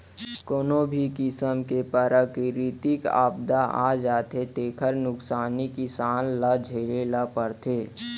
कोनो भी किसम के पराकिरितिक आपदा आ जाथे तेखर नुकसानी किसान ल झेले ल परथे